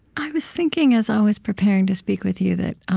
i was thinking, as i was preparing to speak with you, that